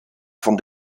von